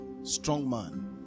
strongman